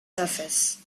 surface